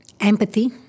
empathy